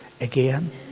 again